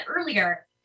earlier